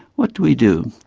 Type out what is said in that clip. what do we do?